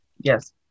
Yes